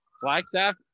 Flagstaff